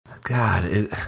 God